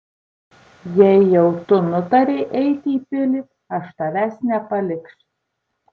jei jau tu nutarei eiti į pilį aš tavęs nepaliksiu